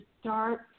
start –